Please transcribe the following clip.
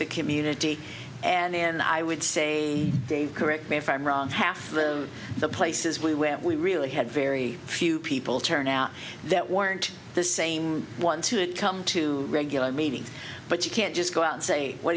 the community and then i would say they correct me if i'm wrong half of the places we went we really had very few people turn out that weren't the same want to come to regular meetings but you can't just go out say what